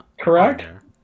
Correct